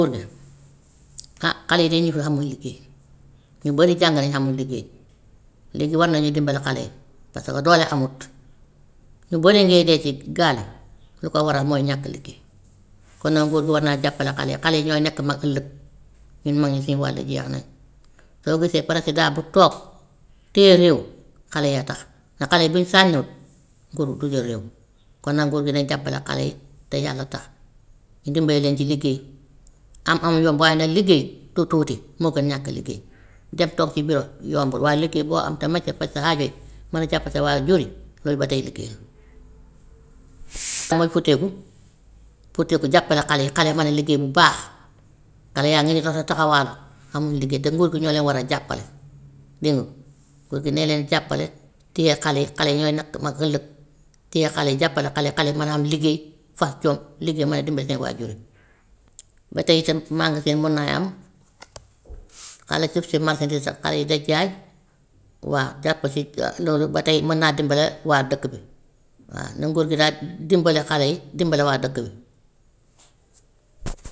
Nguur gi ah xale yi de ñu ngi fi amuñ liggéey ñu bari jàng nañ amuñ liggéey, léegi war nañu dimbali xale yi, parce que doole amut. Ñu bëree ngee dee ci gaal yi li ko waral mooy ñàkk liggéey, kon nag nguur gi war naa jàppale xale yi, xale yi ñooy nekk mag ëllëg, ñun moom suñu wàll jeex na. Soo gisee président bu toog téye réew, xale yee tax, ndax xale yi bu ñu sànniwut nguur du jël réew, kon nag nguur gi nay jàppale xale yi te yàlla tax, ñu dimbale leen ci liggéey, am-am yombut waaye nag liggéey du tuuti, moo gën ñàkk a liggéey, dem toog ci biró yombul waaye liggéey boo am te mën see faj sa aajo yi mën a jàppale sa waajur yi loolu ba tey liigéey la. Damay futteeku, futteeku jàppale xale yi, xale yi mën a liggéey bu baax, xale yaa ngi nii taxa taxawaalu amuñ liggéey te nguur gi ñoo leen war a jàppale dégg nga. Nguur gi ne leen jàppale téye xale yi, xale yi ñooy nekk mag ëllëg, téye xale yi jàppale xale yi, xale yi mën a am liggéey, fas jom, liggéey mën a dimbale seen waajur yi. ba tey itam magasin mën nay am xale su gisut marchandise sax xale yi day jaay waa jàpp si loolu ba tey mën naa dimbale waa dëkk bi. Waa na nguur gi daal dimbale xale yi, dimbale waa dëkk bi.